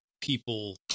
people